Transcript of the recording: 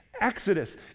Exodus